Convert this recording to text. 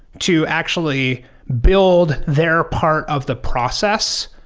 to actually build their part of the process.